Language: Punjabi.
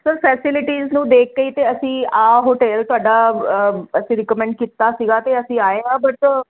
ਸਰ ਫੈਸਲਿਟੀਜ ਨੂੰ ਦੇਖ ਕੇ ਤੇ ਅਸੀਂ ਆਹ ਹੋਟਲ ਤੁਹਾਡਾ ਅਸੀਂ ਰਿਕਮੈਂਡ ਕੀਤਾ ਸੀਗਾ ਤੇ ਅਸੀਂ ਆਏ ਹਾਂ ਬਟ